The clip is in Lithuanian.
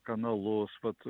kanalus vat